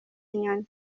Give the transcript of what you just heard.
inyoni